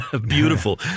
Beautiful